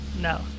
No